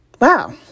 wow